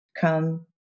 come